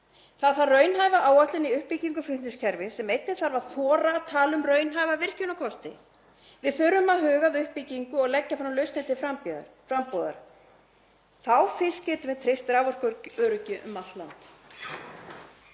Það þarf raunhæfa áætlun í uppbyggingu flutningskerfis en einnig þarf að þora að tala um raunhæfa virkjunarkosti. Við þurfum að huga að uppbyggingu og leggja fram lausnir til frambúðar. Þá fyrst getum við treyst raforkuöryggi um allt land.